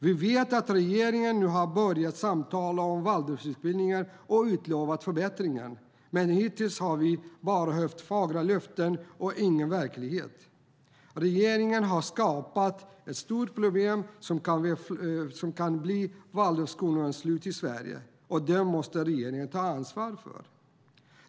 Vi vet att regeringen nu har börjat samtala med Waldorflärarutbildningen och utlovat förbättringar, men hitintills har vi bara hört fagra löften och inte sett någon verklighet. Regeringen har skapat ett stort problem som kan bli Waldorfskolornas slut i Sverige. Det måste regeringen ta ansvar för.